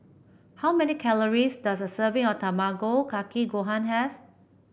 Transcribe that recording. how many calories does a serving of Tamago Kake Gohan have